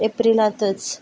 एप्रिलांतच